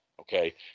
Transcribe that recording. Okay